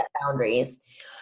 boundaries